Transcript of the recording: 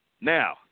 Now